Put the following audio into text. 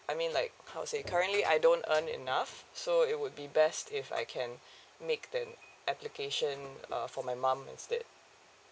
I mean like how to say currently I don't earn enough so it would be best if I can make an application uh for my mum instead